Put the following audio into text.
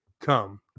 come